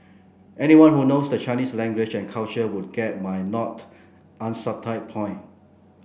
anyone who knows the Chinese language and culture would get my not unsubtle point